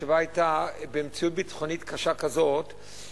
התשובה היתה: במציאות ביטחונית קשה כזו,